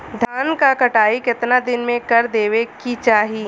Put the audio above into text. धान क कटाई केतना दिन में कर देवें कि चाही?